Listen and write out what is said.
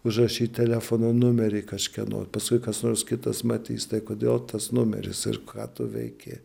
užrašyt telefono numerį kažkieno paskui kas nors kitas matys tai kodėl tas numeris ir ką tu veiki